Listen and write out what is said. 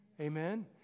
amen